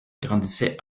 grandissait